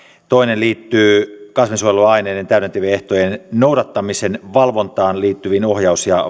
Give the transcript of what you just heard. toinen liittyy kasvinsuojeluaineiden täydentävien ehtojen noudattamisen valvontaan liittyviin ohjaus ja